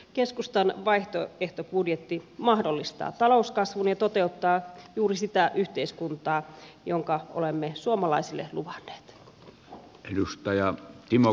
keskustan vaihtoehtobudjetti mahdollistaa talouskasvun ja toteuttaa juuri sitä yhteiskuntaa jonka olemme suomalaisille luvanneet